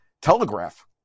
telegraph